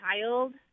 child